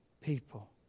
people